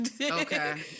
okay